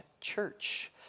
church